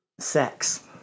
Sex